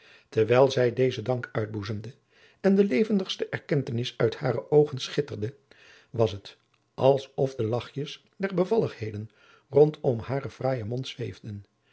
terwijl zij dezen dank uitboezemde en de levendigste erkentenis uit hare oogen schitterde was het als of de lachjes der bevalligheden rondom haren fraaijen mond zweefden